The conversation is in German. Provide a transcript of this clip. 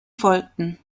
folgten